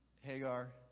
Hagar